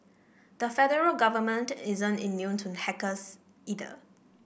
the federal government isn't immune to hackers either